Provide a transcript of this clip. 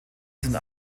sind